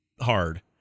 Hard